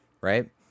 right